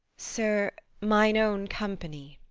sir, mine own company.